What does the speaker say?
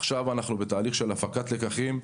עכשיו אנחנו בתהליך של הפקת לקחים,